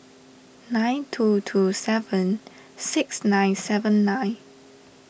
nine two two seven six nine seven nine